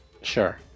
Sure